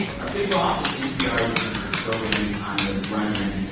our big boss is npr's vp of programming, anya grundmann.